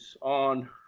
on